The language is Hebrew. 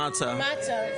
מה ההצעה?